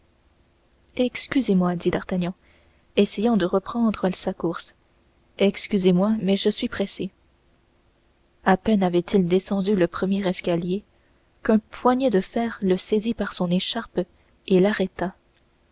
excusez-moi dit d'artagnan essayant de reprendre sa course excusez-moi mais je suis pressé à peine avait-il descendu le premier escalier qu'un poignet de fer le saisit par son écharpe et l'arrêta